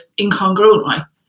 incongruently